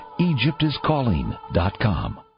EgyptIsCalling.com